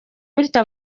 bityo